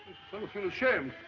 so so ashamed.